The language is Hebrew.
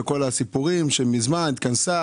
וכל הסיפורים שמזמן היא התכנסה,